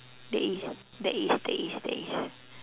there is there is there is there is